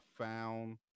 found